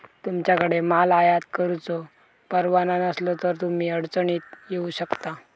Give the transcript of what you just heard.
तुमच्याकडे माल आयात करुचो परवाना नसलो तर तुम्ही अडचणीत येऊ शकता